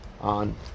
on